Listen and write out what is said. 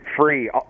free